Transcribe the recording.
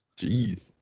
Jeez